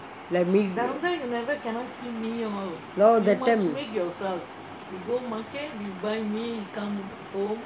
oh that time